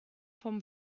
vom